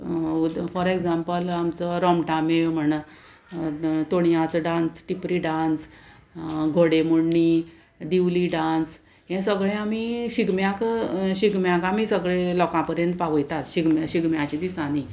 for example आमचो रोमटामेळ म्हण तोणयाचो डांस टिपरी डांस घोडेमोडणी दिवली डांस हे सगळें आमी शिगम्याक शिगम्याक आमी सगळे लोकां पर्यंत पावयतात शिगम्याच्या दिसांनी